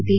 T